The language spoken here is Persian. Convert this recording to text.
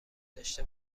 داشته